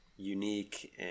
unique